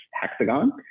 hexagon